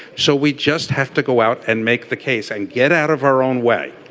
so we just have to go out and make the case and get out of our own way.